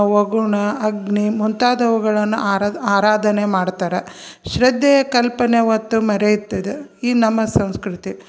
ವರುಣ ಅಗ್ನಿ ಮುಂತಾದವುಗಳನ್ನು ಆರಾದ ಆರಾಧನೆ ಮಾಡುತ್ತಾರೆ ಶ್ರದ್ಧೆ ಕಲ್ಪನೆ ಹೊತ್ತು ಮರೆಯುತ್ತದೆ ಈ ನಮ್ಮ ಸಂಸ್ಕೃತಿ